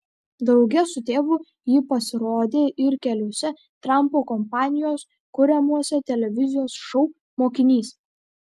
drauge su tėvu ji pasirodė ir keliuose trampo kompanijos kuriamuose televizijos šou mokinys